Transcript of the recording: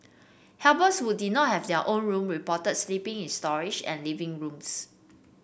helpers who did not have their own room reported sleeping in storage and living rooms